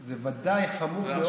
זה ודאי חמור.